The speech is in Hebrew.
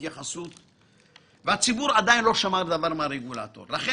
עניינים שנכון שאני מחוקק -- אני